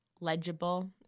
legible